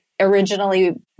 originally